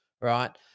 right